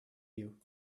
you